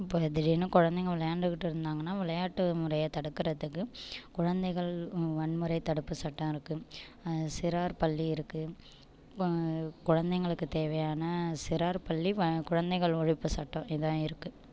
இப்போ திடீர்ன்னு குழந்தைங்கள் விளயான்டுகிட்டு இருந்தாங்கன்னால் விளையாட்டு முறையை தடுக்கிறதுக்கு குழந்தைகள் வன்முறை தடுப்பு சட்டம் இருக்குது சிறார் பள்ளி இருக்குது குழந்தைங்களுக்கு தேவையான சிறார் பள்ளி குழந்தைகள் ஒழிப்பு சட்டம் இதுதான் இருக்குது